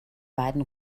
beiden